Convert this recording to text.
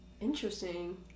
Interesting